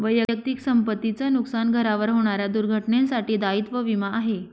वैयक्तिक संपत्ती च नुकसान, घरावर होणाऱ्या दुर्घटनेंसाठी दायित्व विमा आहे